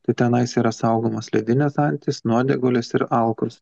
tai tenais yra saugomos ledinės antys nuodėgulės ir alkos